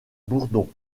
bourdon